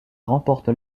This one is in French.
remporte